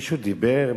מישהו דיבר?